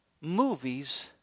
movies